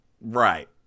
Right